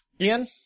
Ian